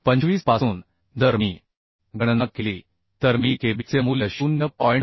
25 पासून जर मी गणना केली तर मी Kb चे मूल्य 0